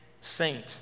saint